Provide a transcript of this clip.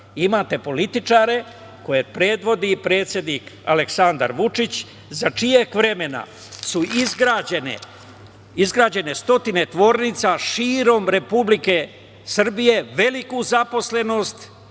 imate političare koje predvodi predsednik Aleksandar Vučić za čijeg vremena su izgrađene stotine fabrika širom Republike Srbije, veliku zaposlenost,